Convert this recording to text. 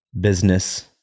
business